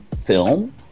film